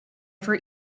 for